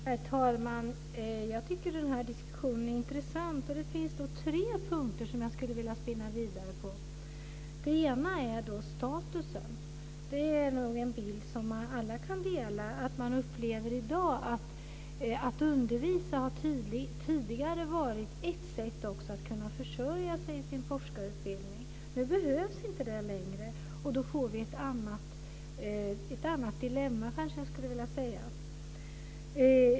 Herr talman! Jag tycker att diskussionen är intressant. Det finns tre punkter som jag skulle vilja spinna vidare på. En punkt är statusen. Alla kan nog dela bilden att man i dag upplever att undervisning tidigare har varit ett sätt att försörja sig i forskarutbildningen. Nu behövs det inte längre. Då får vi ett annat dilemma.